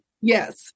Yes